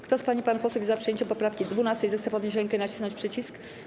Kto z pań i panów posłów jest za przyjęciem poprawki 12., zechce podnieść rękę i nacisnąć przycisk.